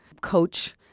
coach